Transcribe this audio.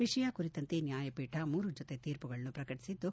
ವಿಷಯ ಕುರಿತಂತೆ ನ್ನಾಯಪೀಕ ಮೂರು ಜೊತೆ ತೀರ್ಪುಗಳನ್ನು ಪ್ರಕಟಿಸಿದ್ದು